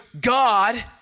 God